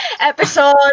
episode